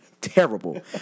terrible